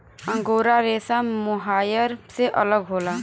angora रेसा mohair से अलग होला